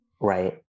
right